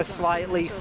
slightly